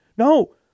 No